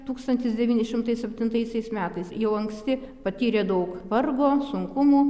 tūkstantis devyni šimtai septintaisiais metais jau anksti patyrė daug vargo sunkumų